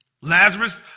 Lazarus